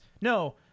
No